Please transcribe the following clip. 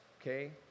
okay